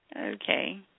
Okay